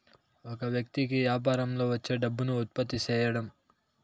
ఒక వ్యక్తి కి యాపారంలో వచ్చే డబ్బును ఉత్పత్తి సేయడం